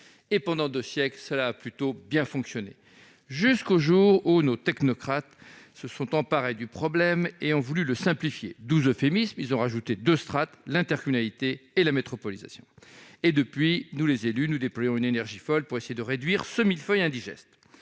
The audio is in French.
Pendant deux siècles, cela a plutôt bien fonctionné, jusqu'au jour où nos technocrates se sont emparés du problème et ont voulu le simplifier- doux euphémisme, puisqu'ils ont ajouté deux strates : l'intercommunalité et la métropolisation. Depuis lors, nous, les élus, déployons une énergie folle pour tenter de réduire ce millefeuille indigeste